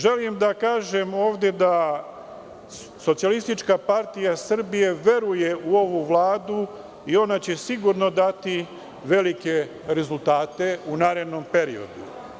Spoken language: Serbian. Želim da kažem da Socijalistička partija Srbije veruje u ovu vladu i ona će sigurno dati velike rezultate u narednom periodu.